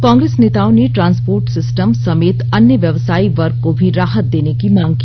कांग्रेस नेताओं ने transport system समेत अन्य व्यवसायी वर्ग को भी राहत देने की मांग की